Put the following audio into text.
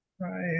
Right